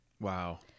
Wow